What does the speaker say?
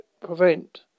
prevent